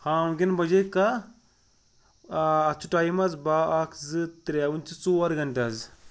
ہاں وٕنکٮ۪ن بَجے کاہ اَتھ چھُ ٹایم حظ بہہ اَکھ زٕ ترٛےٚ وٕنۍ چھِ ژور گَنٹہٕ حظ